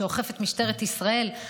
שאוכפת משטרת ישראל,